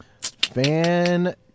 Fan